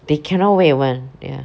they cannot wait [one] ya